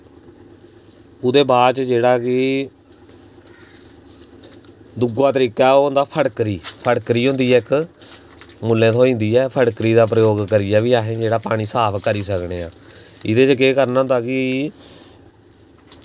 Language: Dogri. औह्दे बाद च जेह्ड़ा कि दुआ तरीका ऐ ओह् ऐ फटकरी फटकरी होंदी इक मुल्लें थ्होई जंदी ऐ फटकरी दा प्रयोग करियै बी अस पानी साफ करी सकने आं इ'दे च केह् करना होंदे कि